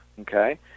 Okay